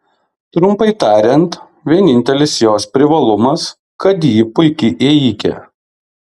trumpai tariant vienintelis jos privalumas kad ji puiki ėjikė